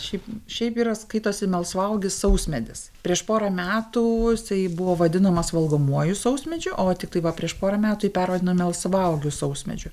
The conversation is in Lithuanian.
šiaip šiaip yra skaitosi melsvauogis sausmedis prieš porą metų jisai buvo vadinamas valgomuoju sausmedžiu o tiktai va prieš porą metų jį pervadino melsvauogiu sausmedžiu